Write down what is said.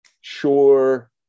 Sure